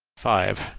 five.